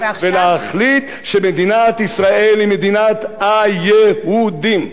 ולהחליט שמדינת ישראל היא מדינת היהודים.